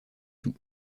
tout